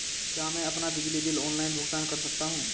क्या मैं अपना बिजली बिल ऑनलाइन भुगतान कर सकता हूँ?